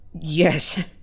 yes